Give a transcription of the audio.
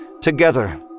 Together